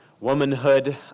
womanhood